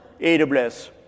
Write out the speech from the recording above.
AWS